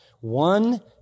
one